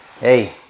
Hey